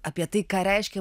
apie tai ką reiškia